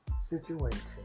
situation